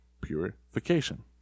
purification